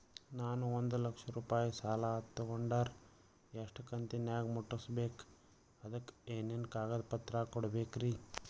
ನಾನು ಒಂದು ಲಕ್ಷ ರೂಪಾಯಿ ಸಾಲಾ ತೊಗಂಡರ ಎಷ್ಟ ಕಂತಿನ್ಯಾಗ ಮುಟ್ಟಸ್ಬೇಕ್, ಅದಕ್ ಏನೇನ್ ಕಾಗದ ಪತ್ರ ಕೊಡಬೇಕ್ರಿ?